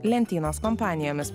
lentynos kompanijomis